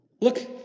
Look